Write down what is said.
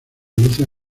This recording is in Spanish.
luces